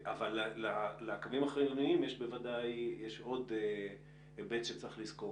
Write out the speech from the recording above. לקווים החיוניים יש עוד היבט שצריך לזכור.